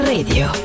Radio